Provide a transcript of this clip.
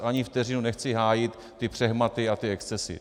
Ani vteřinu nechci hájit ty přehmaty a ty excesy.